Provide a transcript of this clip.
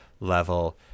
level